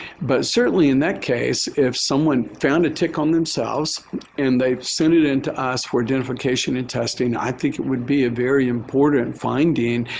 but certainly in that case, if someone found a tick on themselves and they've sent it in to us for identification and testing, i think it would be a very important finding,